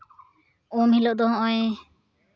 ᱩᱢ ᱦᱤᱞᱳᱜ ᱫᱚ ᱱᱚᱜᱼᱚᱭ